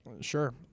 Sure